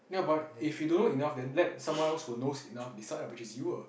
ya but if you don't know enough then let someone else who knows enough decide ah which is you ah